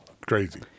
Crazy